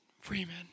Freeman